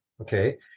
okay